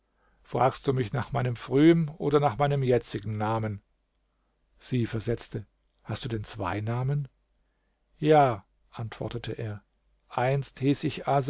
fragst du mich nach meinem frühem oder nach meinem jetzigen namen sie versetze hast du denn zwei namen ja antwortete er einst